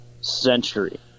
Century